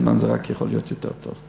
סימן שזה רק יכול להיות יותר טוב.